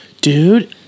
Dude